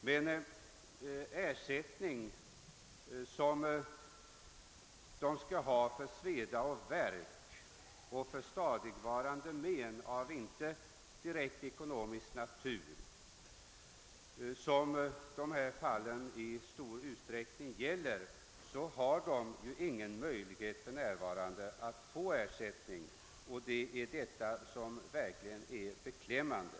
Men den ersättning som de skall ha för sveda och värk och för stadigvarande men av inte direkt ekonomisk natur, något som det i dessa fall i stor utsträckning är fråga om, har de för närvarande inte några möjligheter att få. Detta är verkligen beklämmande.